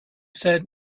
said